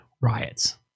riots